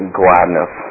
gladness